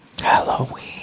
Halloween